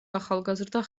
ახალგაზრდა